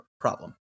problem